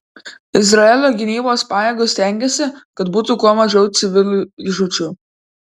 izraelio gynybos pajėgos stengiasi kad būtų kuo mažiau civilių žūčių